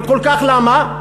וכל כך למה?